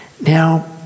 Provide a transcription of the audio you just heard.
Now